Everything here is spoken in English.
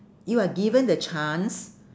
you are given the chance